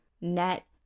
net